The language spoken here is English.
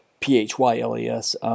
P-H-Y-L-E-S